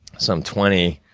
so, i'm twenty,